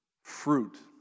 Fruit